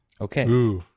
Okay